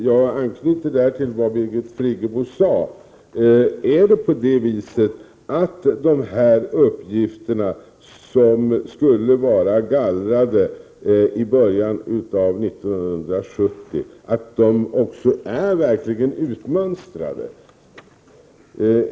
Jag anknyter där till vad Birgit Friggebo sade. Är det på det viset att de uppgifter som skulle vara gallrade i början av 1970 verkligen är utmönstrade?